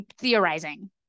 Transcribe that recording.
theorizing